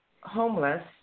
homeless